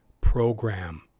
program